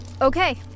Okay